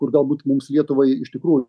kur galbūt mums lietuvai iš tikrųjų